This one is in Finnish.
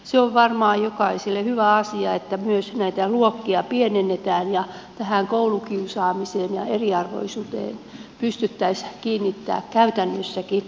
se on varmaan jokaiselle hyvä asia että myös näitä luokkia pienennetään ja tähän koulukiusaamiseen ja eriarvoisuuteen pystyttäisiin kiinnittämään käytännössäkin huomiota